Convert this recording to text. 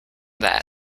that